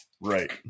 Right